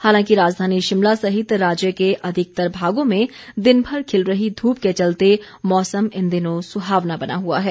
हालांकि राजधानी शिमला सहित राज्य के अधिकतर भागों में दिनभर खिल रही धूप के चलते मौसम इन दिनों सुहावना बना हुआ है